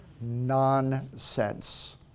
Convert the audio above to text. Nonsense